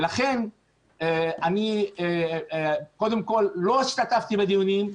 לכן אני קודם כל לא השתתפתי בדיונים,